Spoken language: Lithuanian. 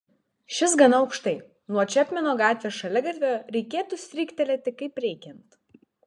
šis gana aukštai nuo čepmeno gatvės šaligatvio reikėtų stryktelėti kaip reikiant